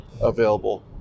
available